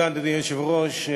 אדוני היושב-ראש,